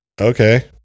Okay